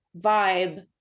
vibe